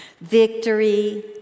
victory